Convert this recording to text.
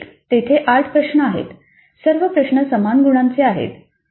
प्रकार 1 तेथे 8 प्रश्न आहेत सर्व प्रश्न समान गुणांचे आहेत